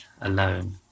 alone